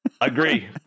Agree